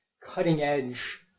cutting-edge